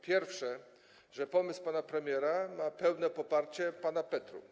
Pierwsza, że pomysł pana premiera ma pełne poparcie pana Petru.